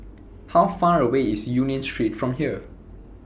How Far away IS Union Street from here